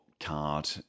card